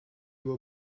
were